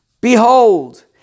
behold